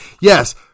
Yes